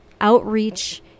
outreach